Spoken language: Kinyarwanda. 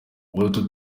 utu